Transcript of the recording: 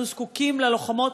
אנחנו זקוקים ללוחמות,